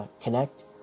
connect